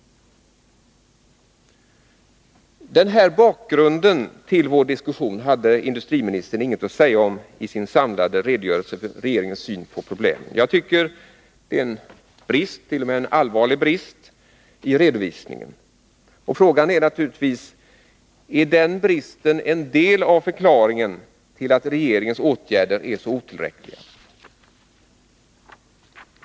Den här bakgrunden till vår diskussion hade industriministern inget att säga om i sin samlade redogörelse för regeringens syn på problemen. Jag tycker att det är en allvarlig brist i redovisningen, och frågan är naturligtvis: Är den bristen en del av förklaringen till att regeringens åtgärder är så otillräckliga?